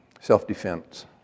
self-defense